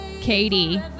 Katie